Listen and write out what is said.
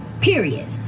Period